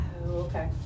okay